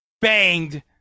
banged